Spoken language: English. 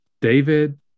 David